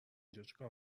چیکار